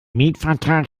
mietvertrag